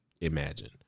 imagine